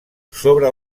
sobre